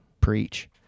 preach